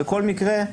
בכל מקרה,